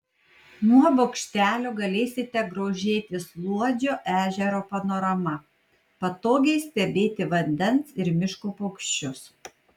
nuo bokštelio galėsite grožėtis luodžio ežero panorama patogiai stebėti vandens ir miško paukščius